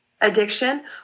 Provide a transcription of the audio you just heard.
addiction